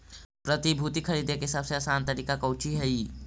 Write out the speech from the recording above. प्रतिभूति खरीदे के सबसे आसान तरीका कउची हइ